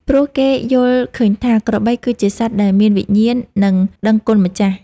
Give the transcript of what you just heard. ព្រោះគេយល់ឃើញថា ក្របីគឺជាសត្វដែលមានវិញ្ញាណ និងដឹងគុណម្ចាស់។